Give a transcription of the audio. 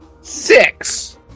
Six